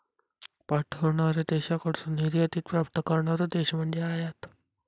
पाठवणार्या देशाकडसून निर्यातीत प्राप्त करणारो देश म्हणजे आयात